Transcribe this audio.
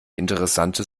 interessante